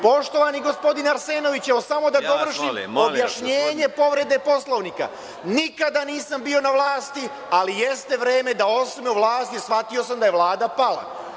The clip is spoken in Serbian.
Poštovani gospodine Arsenoviću, samo da završim objašnjenje povrede Poslovnika, nikada nisam bio na vlasti, ali jeste vreme da osvojim vlast, jer shvatio sam da je Vlada pala.